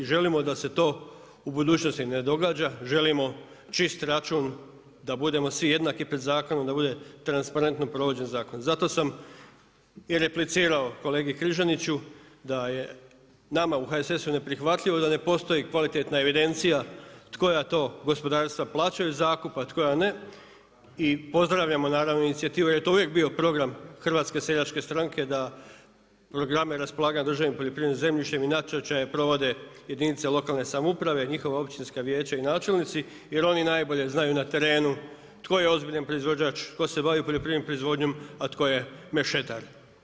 Želimo da se to u budućnosti ne događa, želimo čist račun, da budemo svi jednaki pred zakonom, da bude transparentno provođenje zakona zato sam i replicirao kolegi Križaniću da je nama u HSS-u neprihvatljivo da ne postoji kvalitetna evidencija koja to gospodarstva plaćaju zakup a koja ne, i pozdravljamo naravno inicijativu jer je to uvijek bio program HSS-a da programe raspolaganja državnim poljoprivrednim zemljištem i natječaje provode jedinice lokalne samouprave, njihova općinska vijeća i načelnici jer oni najbolje znaju na terenu tko je ozbiljan proizvođač, tko se bavi poljoprivrednom proizvodnjom a tko je mešetar.